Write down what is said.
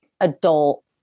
adult